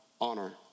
Honor